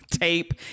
tape